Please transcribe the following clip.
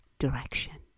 direction